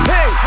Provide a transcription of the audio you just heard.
Hey